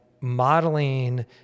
modeling